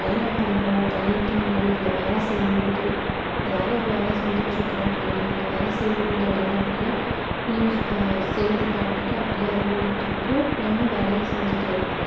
பயணம் பண்ணுறோம் பயணத்தின் போது இல்லை வேலை செய்யும்போது எதாவது ஒரு வேலை செஞ்சுகிட்ருக்குறோம் அப்படின்னா அந்த வேலை செய்யும் போது இடையில அப்படியே நியூஸ் செய்தி பாட்டுக்கு அப்படியே அது ஓடிக்கிட்டிருக்கும் நம்ம வேலையை செஞ்சிகிட்டே இருக்கலாம்